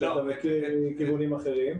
שאתה מכיר מכיוונים אחרים.